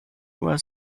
was